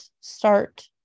start